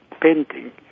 Painting